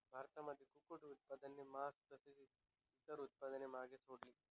भारतामध्ये कुक्कुट उत्पादनाने मास तसेच इतर उत्पादन मागे सोडले